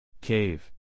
Cave